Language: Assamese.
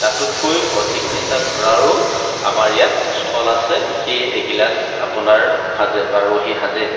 তাতোতকৈ অধিক নিচা ধৰাৰো আমাৰ ইয়াত স্থল আছে সেই এগিলাচ আপোনাৰ সাঁজে বা ৰহী সাঁজে